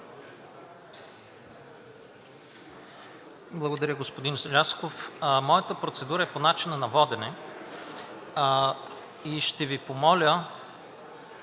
Благодаря, господин Желязков. Моята процедура е по начина на водене. И ще Ви помоля,